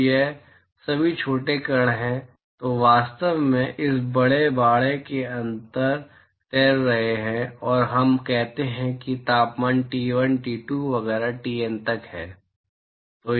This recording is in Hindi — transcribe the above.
तो ये सभी छोटे कण हैं जो वास्तव में इस बड़े बाड़े के अंदर तैर रहे हैं और हम कहते हैं कि तापमान T1 T2 वगैरह TN तक हैं